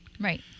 Right